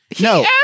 No